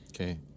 Okay